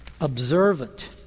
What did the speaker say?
observant